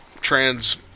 trans